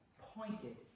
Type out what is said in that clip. pointed